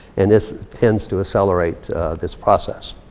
and this tends to accelerate this process.